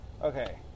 Okay